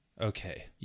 okay